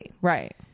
Right